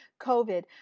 COVID